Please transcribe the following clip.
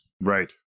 Right